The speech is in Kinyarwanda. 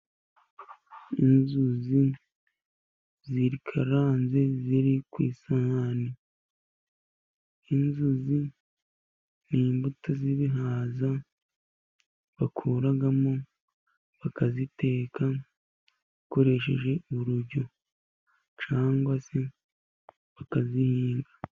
Inzuzi zikaranze ziri ku isahani. Inzuzi ni imbuto z'ibihaza bakuramo, bakaziteka bakoresheje urujyo cyangwa se bakazihinga.